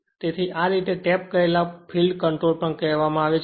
તેથી આ રીતે આને ટેપ્ડ ફીલ્ડ કંટ્રોલ પણ કહેવામાં આવે છે